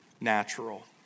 natural